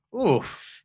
Oof